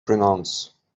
pronounce